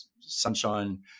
Sunshine